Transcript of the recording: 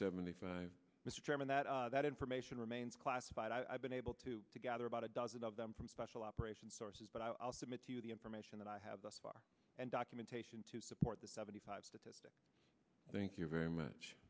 seventy five mr chairman that that information remains classified i've been able to gather about a dozen of them from special operations sources but i'll submit to you the information that i have thus far and documentation to support the seventy five statistic thank you very much